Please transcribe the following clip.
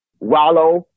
wallow